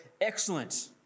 excellent